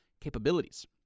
capabilities